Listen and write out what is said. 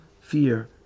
fear